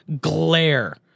glare